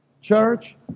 Church